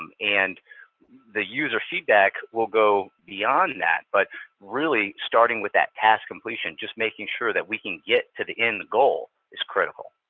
and the user feedback will go beyond that. but really, starting with that task completion. just making sure that we can get to the end goal is critical.